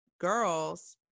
girls